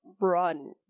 run